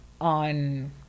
on